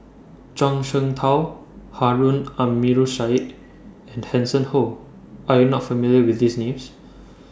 Zhuang Shengtao Harun Aminurrashid and Hanson Ho Are YOU not familiar with These Names